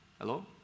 Hello